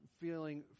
feeling